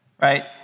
right